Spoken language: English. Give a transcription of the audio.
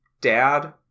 dad